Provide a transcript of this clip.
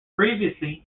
previously